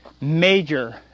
major